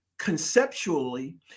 conceptually